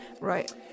right